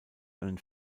einen